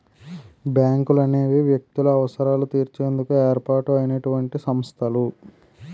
బ్యాంకులనేవి వ్యక్తుల అవసరాలు తీర్చేందుకు ఏర్పాటు అయినటువంటి సంస్థలు